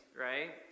right